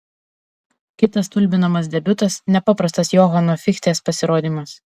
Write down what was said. kitas stulbinamas debiutas nepaprastas johano fichtės pasirodymas